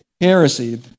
heresy